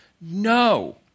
No